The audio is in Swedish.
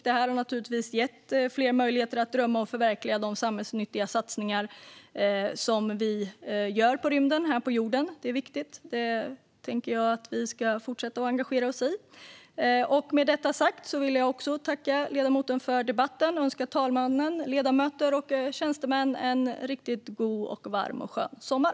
Det här har naturligtvis gett fler möjligheter att både drömma och förverkliga de samhällsnyttiga satsningar som vi gör på rymden här på jorden. Det är viktigt, och det tycker jag att vi ska fortsätta att engagera oss i. Med detta sagt vill jag tacka ledamoten för debatten och önska talmannen, ledamöter och tjänstemän en riktigt god, varm och skön sommar.